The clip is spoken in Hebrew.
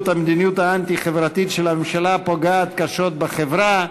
והמדיניות האנטי-חברתית של הממשלה פוגעת קשות בחברה,